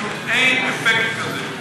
פשוט אין אפקט כזה.